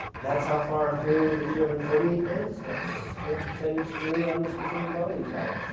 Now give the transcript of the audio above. that's how far through the two hundred and forty is. that's the percentage through on the specific volume side.